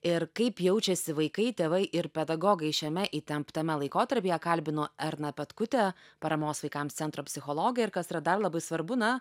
ir kaip jaučiasi vaikai tėvai ir pedagogai šiame įtemptame laikotarpyje kalbinu erną petkutę paramos vaikams centro psichologę ir kas yra dar labai svarbu na